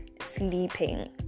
sleeping